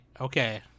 Okay